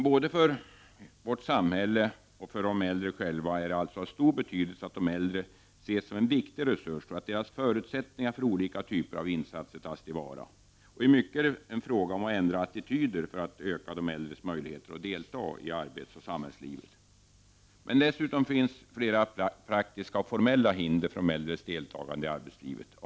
Både för hela vårt samhälle och för de äldre själva är det alltså av stor betydelse att de äldre ses som en viktig resurs och att deras förutsättningar för olika typer av insatser tas till vara. I mycket är det en fråga om att ändra attityder för att öka de äldres möjligheter att delta i arbetsoch samhällslivet. Men dessutom finns flera praktiska och formella hinder för de äldres deltagande i arbetslivet.